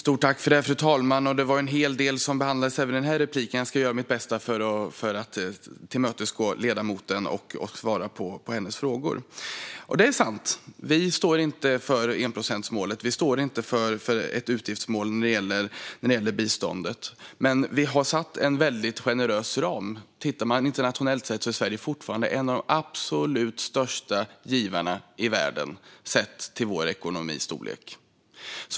Fru talman! Det var en hel del som behandlades i denna replik, men jag ska göra mitt bästa för att tillmötesgå ledamoten och svara på hennes frågor. Det är sant att vi varken står för enprocentsmålet eller ett utgiftsmål för biståndet. Vi har dock satt en generös ram. Internationellt är Sverige fortfarande en av de absolut största givarna i världen sett till vår ekonomis storlek.